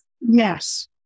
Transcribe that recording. Yes